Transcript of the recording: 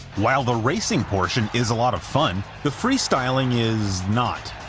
while the racing portion is a lot of fun, the freestyling is not.